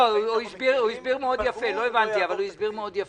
לא הבנתי, אבל הוא הסביר מאוד יפה.